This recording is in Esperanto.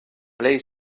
plej